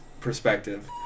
perspective